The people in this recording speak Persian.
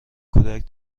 کودک